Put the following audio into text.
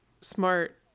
smart